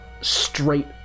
straight